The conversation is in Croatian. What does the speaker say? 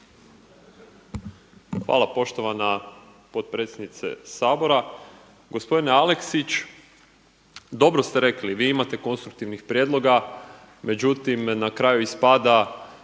Hvala poštovana potpredsjednice Sabora. Gospodine Aleksić, dobro ste rekli vi imate konstruktivnih prijedloga međutim na kraju ispada